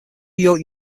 york